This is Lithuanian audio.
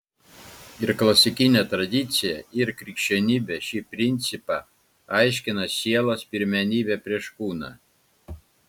ir klasikinė tradicija ir krikščionybė šį principą aiškino sielos pirmenybe prieš kūną